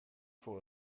vor